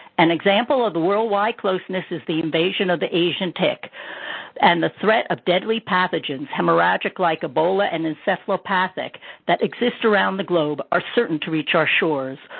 an example of the worldwide closeness is the invasion of the asian tick and the threat of deadly pathogens-hemorrhagic, like ebola, and encephalopathic-that exist around the globe, are certain to reach our shores.